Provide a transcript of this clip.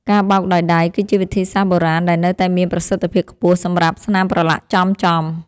ការបោកដោយដៃ គឺជាវិធីសាស្ត្របុរាណដែលនៅតែមានប្រសិទ្ធភាពខ្ពស់សម្រាប់ស្នាមប្រឡាក់ចំៗ។